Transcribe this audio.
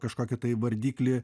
kažkokį tai vardiklį